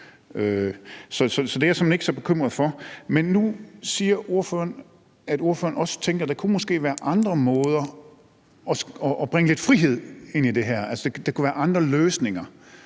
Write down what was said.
Så det er jeg såmænd ikke så bekymret for. Men nu siger ordføreren, at hun også tænker, at der måske kunne være andre måder at bringe lidt frihed ind i det her på, altså at der kunne være andre løsninger.